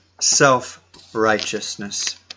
self-righteousness